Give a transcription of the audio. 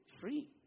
free